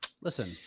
listen